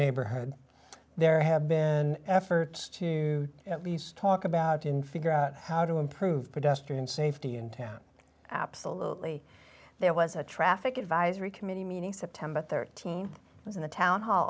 neighborhood there have been efforts to at least talk about in figure out how to improve pedestrian safety in town absolutely there was a traffic advisory committee meeting september th was in the town hall